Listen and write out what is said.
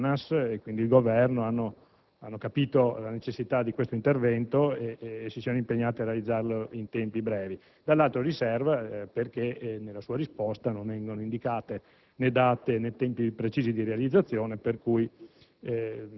l'ANAS e, quindi, il Governo hanno capito la necessità di questo intervento e si siano impegnati a realizzarlo in tempi brevi; riserva perché nella sua risposta non sono indicate né date né tempi precisi di realizzazione, per cui